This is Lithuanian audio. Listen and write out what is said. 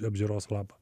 apžiūros lapą